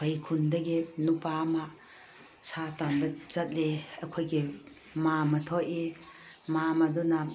ꯑꯩꯈꯣꯏ ꯈꯨꯟꯗꯒꯤ ꯅꯨꯄꯥ ꯑꯃ ꯁꯥ ꯇꯥꯟꯕ ꯆꯠꯂꯤ ꯑꯩꯈꯣꯏꯒꯤ ꯃꯥꯝꯃꯥ ꯊꯣꯛꯏ ꯃꯥꯝꯃꯗꯨꯅ